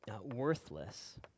worthless